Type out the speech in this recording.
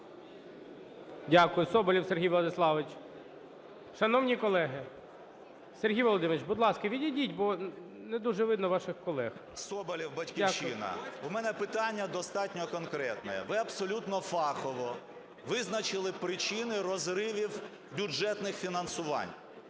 Дякую. Соболєв Сергій Владиславович. Шановні колеги! Сергій Володимирович, будь ласка, відійдіть, бо не дуже видно ваших колег. Дякую. 11:08:13 СОБОЛЄВ С.В. Соболєв, "Батьківщина". У мене питання достатньо конкретне. Ви абсолютно фахово визначили причини розривів бюджетних фінансувань.